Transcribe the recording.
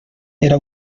era